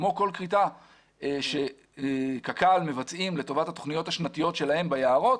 כמו כל כריתה שקק"ל מבצעים לטובת התוכניות השנתיות שלהם ביערות,